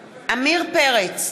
פרץ,